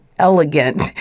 Elegant